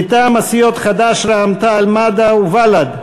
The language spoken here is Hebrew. מטעם הסיעות חד"ש, רע"ם-תע"ל-מד"ע ובל"ד: